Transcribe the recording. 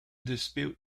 dispute